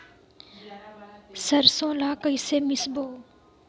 सरसो ला कइसे मिसबो?